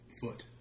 Foot